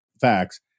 facts